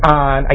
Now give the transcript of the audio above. on